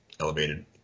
Elevated